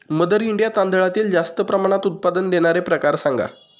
mother India तांदळातील जास्त प्रमाणात उत्पादन देणारे प्रकार सांगा